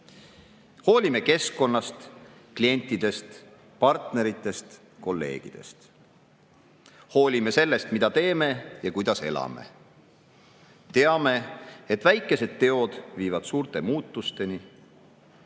Hoolime keskkonnast, klientidest, partneritest, kolleegidest. Hoolime sellest, mida teeme ja kuidas elame. Teame, et väikesed teod viivad suurte muutusteni.